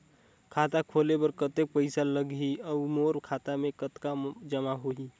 खाता खोले बर कतेक पइसा लगही? अउ मोर खाता मे कतका जमा होही?